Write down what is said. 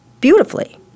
beautifully